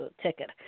ticket